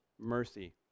mercy